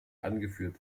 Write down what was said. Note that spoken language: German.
angeführt